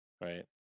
Right